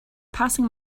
passing